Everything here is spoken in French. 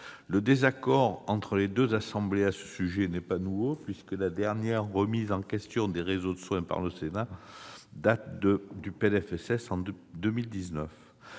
Le désaccord entre les deux assemblées à ce sujet n'est pas nouveau, puisque la dernière remise en question des réseaux de soins par le Sénat date du projet de